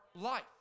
life